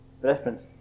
reference